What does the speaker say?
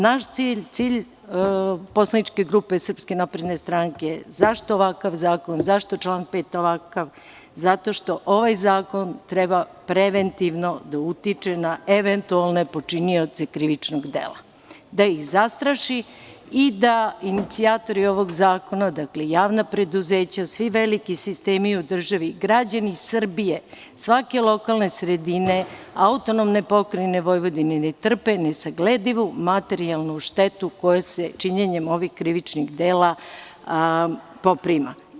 Naš cilj, cilj poslaničke grupe SNS, zašto ovakav zakon, zašto član 5, zato što ovakav zakon treba preventivno da utiče na eventualne počinioce krivičnih dela, da ih zastraši i da inicijatori ovog zakona, dakle javna preduzeća, svi veliki sistemi u državi, građani Srbije svake lokalne sredine, AP Vojvodine i ne trpe nesagledivu materijalnu štetu koja se činjenjem ovih krivičnih dela poprima.